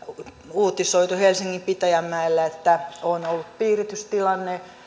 uutisoitu että helsingin pitäjänmäellä on ollut piiritystilanne